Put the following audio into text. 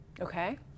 Okay